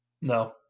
No